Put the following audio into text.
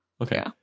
Okay